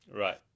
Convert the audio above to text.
Right